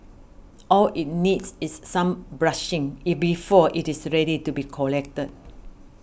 all it needs is some brushing it before it is ready to be collected